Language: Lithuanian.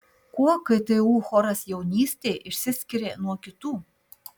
kuo ktu choras jaunystė išsiskiria nuo kitų